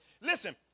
listen